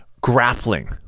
grappling